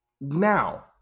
now